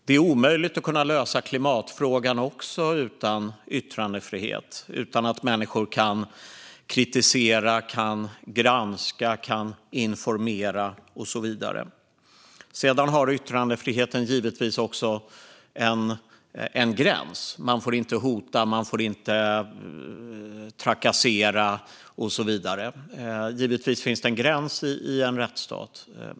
Det är omöjligt att lösa klimatfrågan utan yttrandefrihet och utan att människor kan kritisera, granska, informera och så vidare. Sedan har yttrandefriheten givetvis en gräns. Man får inte hota. Man får inte trakassera och så vidare. Givetvis finns det en gräns i en rättsstat.